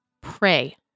pray